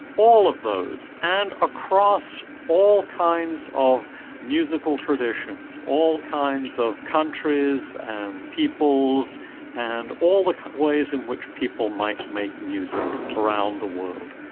all of those, and across all kinds of musical traditions, all kinds of countries and peoples and all the ways in which people might make music around the world.